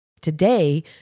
today